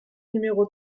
numéro